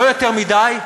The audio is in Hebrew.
לא יותר מדי,